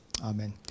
Amen